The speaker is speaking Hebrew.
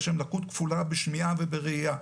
יש להם לקות כפולה בשמיעה ובראייה.